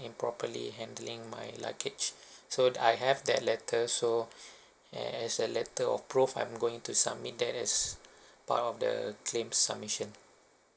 improperly handling my luggage so I have that letter so as a letter of proof I'm going to submit that as part of the claim submission